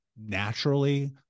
naturally